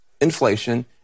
inflation